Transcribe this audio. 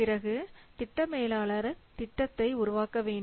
பிறகு திட்ட மேலாளர் திட்டத்தை உருவாக்க வேண்டும்